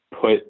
put